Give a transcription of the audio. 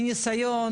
מניסיון,